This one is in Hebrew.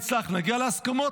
יצלח ונגיע להסכמות,